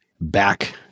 back